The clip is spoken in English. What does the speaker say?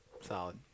solid